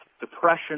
depression